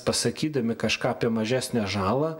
pasakydami kažką apie mažesnę žalą